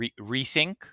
rethink